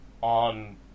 on